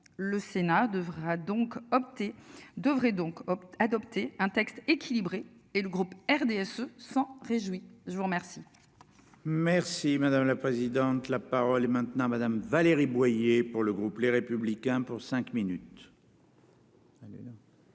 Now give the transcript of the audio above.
opté devrait donc opte adopter un texte équilibré et le groupe RDSE s'en réjouit. Je vous remercie. Merci madame la présidente. La parole est maintenant Madame Valérie Boyer pour le groupe Les Républicains pour cinq minutes.